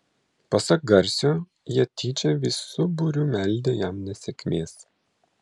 pasak garsio jie tyčia visu būriu meldę jam nesėkmės